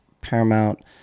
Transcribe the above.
Paramount